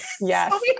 Yes